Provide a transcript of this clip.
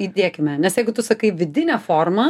įdėkime nes jeigu tu sakai vidinė forma